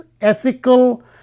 ethical